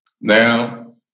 Now